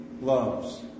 loves